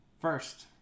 First